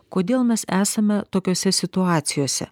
kodėl mes esame tokiose situacijose